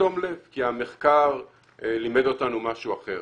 בתום לב, כי המחקר לימד אותנו משהו אחר,